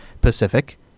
pacific